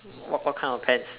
what what kind of pants